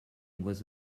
was